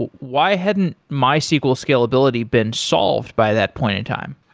why hadn't mysql scalability been solved by that point in time?